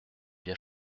bien